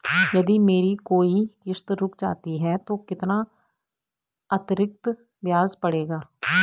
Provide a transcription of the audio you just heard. यदि मेरी कोई किश्त रुक जाती है तो कितना अतरिक्त ब्याज पड़ेगा?